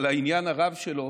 על העניין הרב שלו